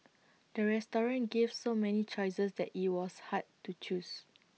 the restaurant gave so many choices that IT was hard to choose